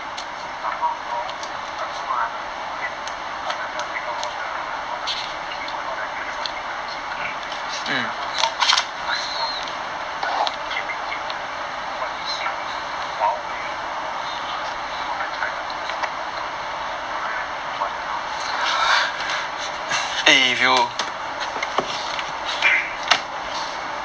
if I'm not wrong I don't know I need to ask my parents to take out all the all the phone he keep cause or the use phone you couldn't keep lah if I'm not wrong I think iphone I don't think can make it I think what he said was like huawei or otherwise the china phone lah but anyway I thinking of buying one I still thinking